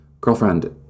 girlfriend